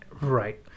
Right